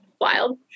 Wild